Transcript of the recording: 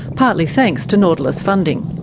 partly thanks to nautilus funding.